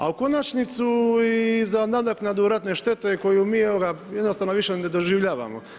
A u konačnicu i za nadoknadu ratne štete, koju mi evo ga, jednostavno više ne doživljavamo.